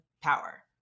power